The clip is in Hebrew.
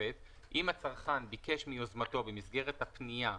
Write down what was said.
התוספת אם הצרכן ביקש מיוזמתו במסגרת הפניה,